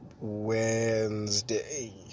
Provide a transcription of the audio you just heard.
Wednesday